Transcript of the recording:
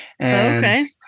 Okay